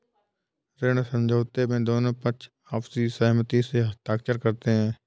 ऋण समझौते में दोनों पक्ष आपसी सहमति से हस्ताक्षर करते हैं